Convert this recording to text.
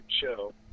show